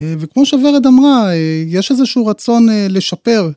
וכמו שורד אמרה, יש איזשהו רצון לשפר.